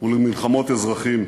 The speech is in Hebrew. ולמלחמות אזרחים.